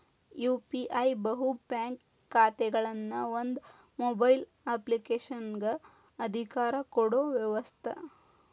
UPI ಬಹು bank ಖಾತೆಗಳನ್ನ ಒಂದ ಮೊಬೈಲ್ ಅಪ್ಲಿಕೇಶನಗ ಅಧಿಕಾರ ಕೊಡೊ ವ್ಯವಸ್ತ